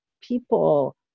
people